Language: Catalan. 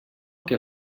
que